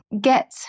get